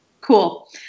Cool